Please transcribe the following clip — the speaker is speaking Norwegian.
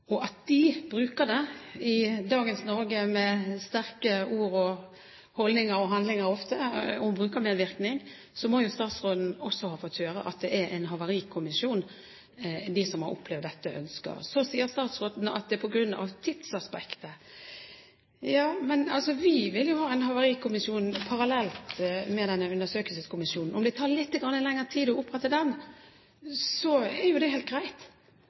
Og brukerne i dagens Norge, som har brukermedvirkning, kommer ofte med sterke ord og har sterke holdninger, så statsråden må jo også ha fått høre at det er en havarikommisjon de som har opplevd dette, ønsker. Så sier statsråden at grunnen er tidsaspektet. Ja, men vi vil jo ha en havarikommisjon parallelt med denne undersøkelseskommisjonen. Om det tar litt lengre tid å opprette den, er jo det helt greit.